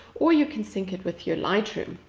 or you can sync it with your lightroom.